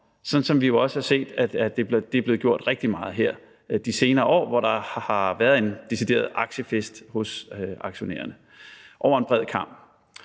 sådan som vi jo også har set at det er sket rigtig meget her de senere år, hvor der har været en decideret aktiefest hos aktionærerne over en bred kam,